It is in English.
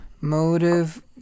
motive